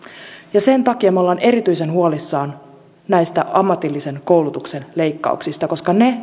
ja sen takia me olemme erityisen huolissamme näistä ammatillisen koulutuksen leikkauksista koska ne